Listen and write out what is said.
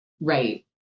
Right